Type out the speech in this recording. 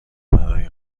برای